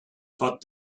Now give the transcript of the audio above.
but